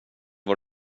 vad